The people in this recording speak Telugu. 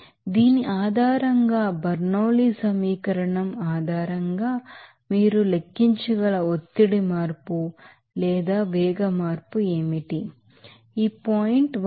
కాబట్టి దీని ఆధారంగా ఆ బెర్నౌలీ సమీకరణం ఆధారంగా మీరు లెక్కించగల వెలాసిటీ చేంజ్ లేదా ప్రెషర్ చేంజ్ ఏమిటి